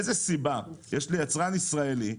איזו סיבה יש ליצרן ישראלי,